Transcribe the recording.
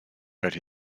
but